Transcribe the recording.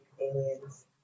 aliens